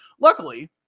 luckily